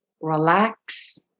relax